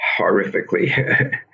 horrifically